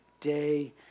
day